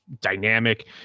dynamic